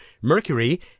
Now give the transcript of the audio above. Mercury